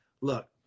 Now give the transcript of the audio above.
look